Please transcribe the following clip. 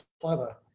clever